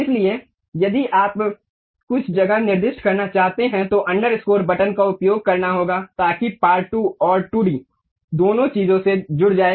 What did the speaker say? इसलिए यदि आप कुछ जगह निर्दिष्ट करना चाहते हैं तो अंडरस्कोर बटन का उपयोग करना होगा ताकि पार्ट 2 और 2 डी दोनों चीजों से जुड़ जाए